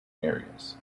areas